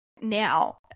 now